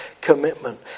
commitment